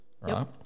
right